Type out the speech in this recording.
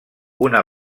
una